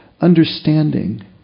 understanding